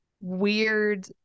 weird